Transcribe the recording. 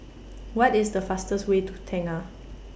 What IS The fastest Way to Tengah